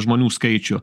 žmonių skaičių